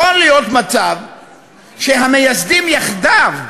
יכול להיות מצב שהמייסדים, יחדיו,